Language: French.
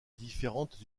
différentes